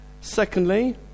Secondly